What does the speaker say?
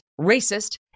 racist